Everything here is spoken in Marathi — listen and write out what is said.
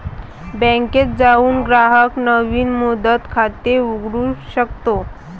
बँकेत जाऊन ग्राहक नवीन मुदत खाते उघडू शकतो